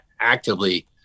actively